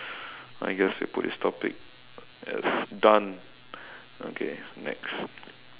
I guess we put this topic as done okay next